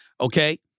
okay